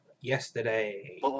yesterday